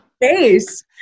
face